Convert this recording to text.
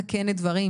מתקנת דברים,